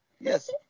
Yes